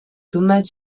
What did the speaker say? thomas